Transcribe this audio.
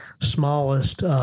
smallest